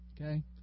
Okay